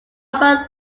upper